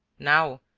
now,